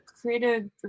Creative